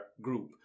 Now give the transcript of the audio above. group